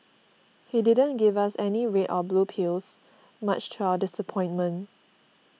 he didn't give us any red or blue pills much to our disappointment